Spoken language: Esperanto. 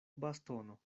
bastono